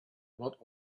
not